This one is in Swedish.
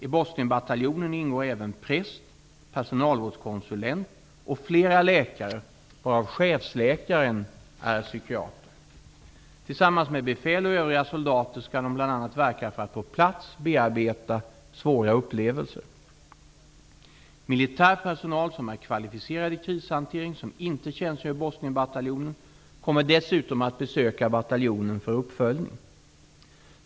I Bosnienbataljonen ingår även präst, personalvårdskonsulent och flera läkare varav chefläkaren även är psykiater. Tillsammans med befäl och övriga soldater skall de bl.a. verka för att på plats bearbeta svåra upplevelser. Militär personal som är kvalificerad i krishantering och som inte tjänstgör i Bosnienbataljonen kommer dessutom att besöka bataljonen för uppföljning.